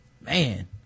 Man